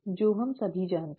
जो हम सभी जानते हैं